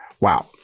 Wow